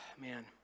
man